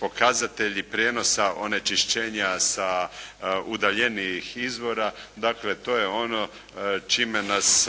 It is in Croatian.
pokazatelji prijenosa onečišćenja sa udaljenijih izvora, dakle to je ono čime nas